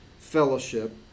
fellowship